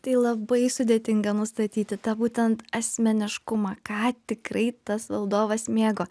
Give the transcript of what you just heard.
tai labai sudėtinga nustatyti tą būtent asmeniškumą ką tikrai tas valdovas mėgo